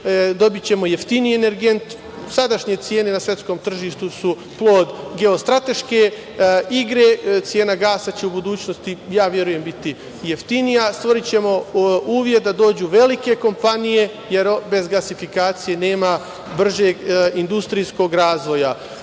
dobićemo jeftiniji energent. Sadašnje cene na svetskom tržištu su plod geostrateške igre. Cena gasa će u budućnosti ja verujem biti jeftinija. Stvorićemo uslov da dođu velike kompanije, jer bez gasifikacije nema bržeg industrijskog razvoja.Za